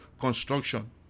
construction